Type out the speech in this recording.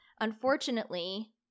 Unfortunately